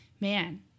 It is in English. man